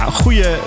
goede